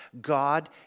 God